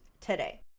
today